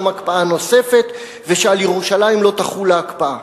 הקפאה נוספת ושעל ירושלים לא תחול ההקפאה.